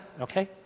okay